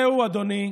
זהו, אדוני,